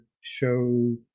show